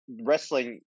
wrestling